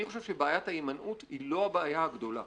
אני חושב שבעיית ההימנעות היא לא הבעיה הגדולה.